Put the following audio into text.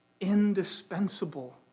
indispensable